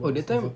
oh that time